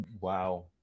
Wow